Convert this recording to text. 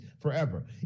forever